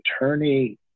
attorney